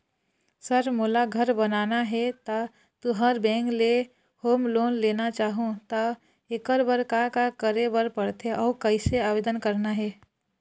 Sir मोला घर बनाना हे ता तुंहर बैंक ले होम लोन लेना चाहूँ ता एकर बर का का करे बर पड़थे अउ कइसे आवेदन करना हे?